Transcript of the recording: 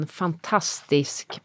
fantastisk